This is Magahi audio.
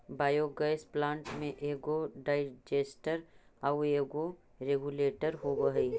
बायोगैस प्लांट में एगो डाइजेस्टर आउ एगो रेगुलेटर होवऽ हई